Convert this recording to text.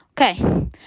Okay